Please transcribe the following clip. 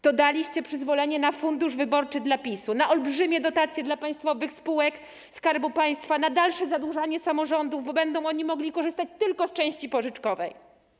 To daliście przyzwolenie na fundusz wyborczy dla PiS-u, na olbrzymie dotacje dla państwowych spółek Skarbu Państwa, na dalsze zadłużanie samorządów, bo będą one mogły korzystać tylko z części pożyczkowej.